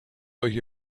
euch